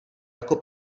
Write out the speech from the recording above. jako